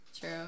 True